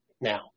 now